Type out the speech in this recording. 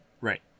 Right